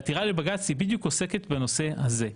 עתירה לבג"צ בדיוק עוסקת בנושא הזה.